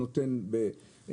נכנסו לקופת המדינה?